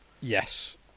Yes